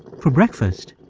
for breakfast,